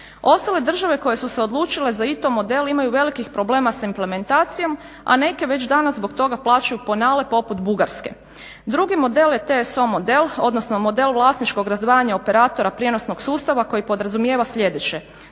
Ostale države koje su se odlučile za ITO model imaju velikih problema s implementacijom, a neke već danas zbog toga plaćaju penale poput Bugarske. Drugi model je TSO model, odnosno model vlasničkog razdvajanja operatora prijenosnog sustava koji podrazumijeva sljedeće.